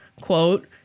quote